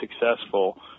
successful